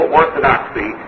orthodoxy